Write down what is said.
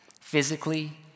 physically